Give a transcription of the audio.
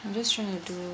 I'm just trying to do